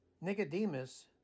Nicodemus